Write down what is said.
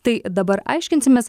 tai dabar aiškinsimės